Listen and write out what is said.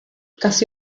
casi